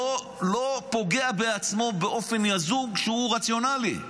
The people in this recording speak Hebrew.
לא פוגע בעצמו באופן יזום כשהוא רציונלי.